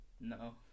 no